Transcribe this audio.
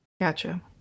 Gotcha